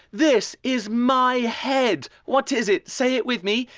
this is my head. what is it? say it with me.